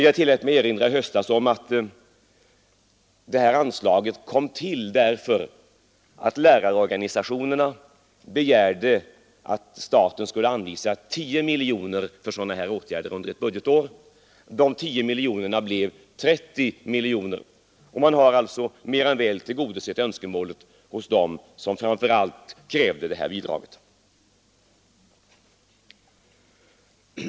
Jag tillät mig i höstas erinra om att det här anslaget kom till därför att lärarorganisationerna begärde att staten skulle anvisa 10 miljoner för särskilda åtgärder under ett budgetår. De 10 miljonerna blev 30 miljoner, och man har alltså mer än väl tillgodosett önskemålet hos dem som framför allt krävde bidraget.